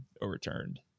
overturned